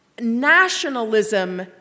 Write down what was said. nationalism